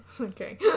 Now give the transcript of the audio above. okay